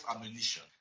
ammunition